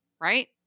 right